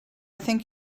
think